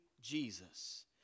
Jesus